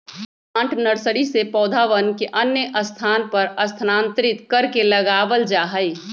plant nursery से पौधवन के अन्य स्थान पर स्थानांतरित करके लगावल जाहई